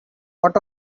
what